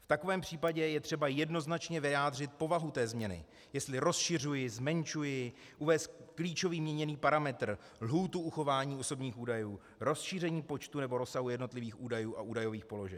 V takovém případe je třeba jednoznačně vyjádřit povahu změny, jestli rozšiřuji, zmenšuji, uvést klíčový měněný parametr, lhůtu uchování osobních údajů, rozšíření počtu nebo rozsahu jednotlivých údajů nebo údajových položek.